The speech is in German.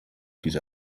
diese